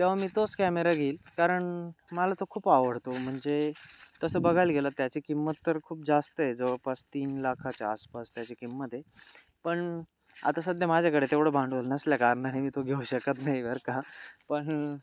तेव्हा मी तोच कॅमेरा घेईल कारण मला तो खूप आवडतो म्हणजे तसं बघायला गेलं त्याची किंमत तर खूप जास्त आहे जवळपास तीन लाखाच्या आसपास त्याची किंमत आहे पण आता सध्या माझ्याकडे तेवढं भांडवल नसल्या कारणाने मी तो घेऊ शकत नाही बरं का पण